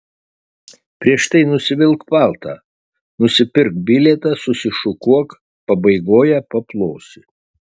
prieš tai nusivilk paltą nusipirk bilietą susišukuok pabaigoje paplosi